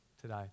today